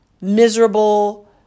miserable